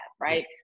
right